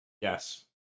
yes